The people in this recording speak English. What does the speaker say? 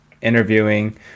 interviewing